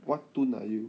what tun are you